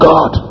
God